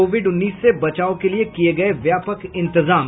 Covid उन्नीस से बचाव के लिये किये गये व्यापक इंतजाम